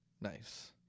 nice